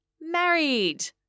married